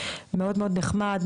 מאוד מאוד נחמד,